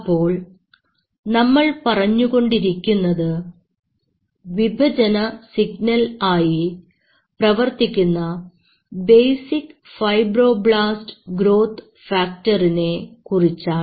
അപ്പോൾ നമ്മൾ പറഞ്ഞു കൊണ്ടിരിക്കുന്നത് വിഭജന സിഗ്നൽ ആയി പ്രവർത്തിക്കുന്ന ബേസിക് ഫൈബ്രോബ്ലാസ്റ് ഗ്രോത്ത് ഫാക്ടറിനെ കുറിച്ചാണ്